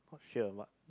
sure or not